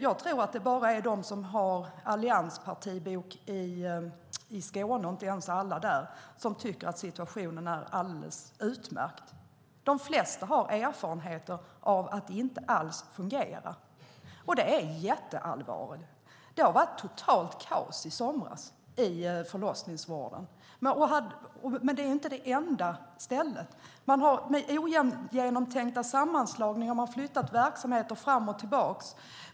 Jag tror att det bara är de som har allianspartibok i Skåne, och inte ens alla där, som tycker att situationen är alldeles utmärkt. De flesta har erfarenhet av att det inte alls fungerar, och det är jätteallvarligt. Det var totalt kaos i somras i förlossningsvården, och det var inte det enda stället. Med ogenomtänkta sammanslagningar har man flyttat verksamheter fram och tillbaka.